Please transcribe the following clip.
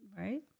Right